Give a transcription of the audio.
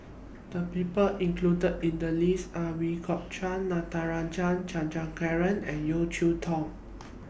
The People included in The list Are Ooi Kok Chuen Natarajan Chandrasekaran and Yeo Cheow Tong